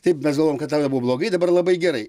taip mes galvojom kad tada buvo blogai dabar labai gerai